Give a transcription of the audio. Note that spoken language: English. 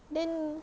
then